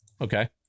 Okay